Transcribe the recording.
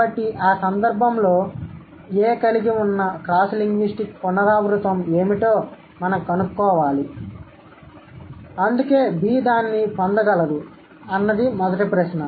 కాబట్టి ఆ సందర్భంలో "A" కలిగి ఉన్న క్రాస్లింగ్విస్టిక్ పునరావృతం ఏమిటో మనం కనుక్కోవాలి అందుకే "B" దాన్ని పొందగలదు అన్నది మొదటి ప్రశ్న